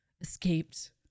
Escaped